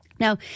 Now